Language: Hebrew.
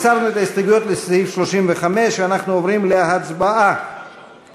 ההסתייגויות לסעיף 35, ואנחנו עוברים להצבעה